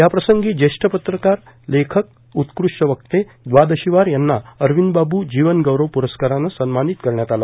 या प्रसंगी ज्येष्ठ पत्रकार लेखक आणि उत्कृष्ट वक्ते द्वादशीवार यांना अरविंदबाब् जीवनगौरव प्रस्कारानं सन्मानित करण्यात आलं